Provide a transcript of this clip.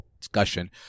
discussion